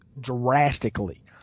drastically